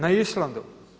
Na Islandu.